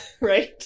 Right